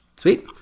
Sweet